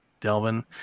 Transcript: Delvin